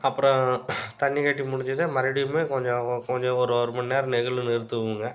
அப்புறம் தண்ணி கட்டி முடிஞ்சதும் மறுபடியுமே கொஞ்சம் கொஞ்சம் ஒரு ஒருமணி நேரம் நிழல்ல நிறுத்துவோங்க